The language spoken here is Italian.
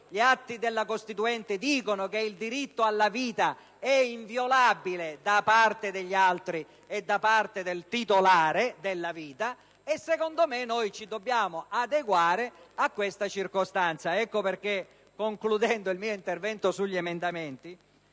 piuttosto del fatto che il diritto alla vita è inviolabile da parte degli altri e da parte del titolare della vita. Pertanto, ci si deve adeguare a questa circostanza. Ecco perché, concludendo il mio intervento sugli emendamenti,